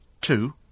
two